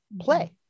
play